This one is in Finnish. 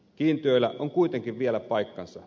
kiintiöillä on kuitenkin vielä paikkansa